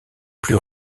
plus